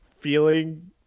feeling